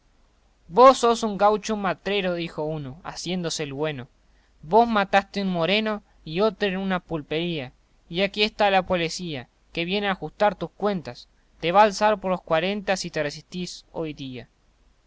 vos sos un gaucho matrero dijo uno haciéndose el güeno vos mataste un moreno y otro en una pulpería y aquí está la polecía que viene a ajustar tus cuentas te va alzar por las cuarenta si te resistís hoy día